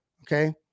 Okay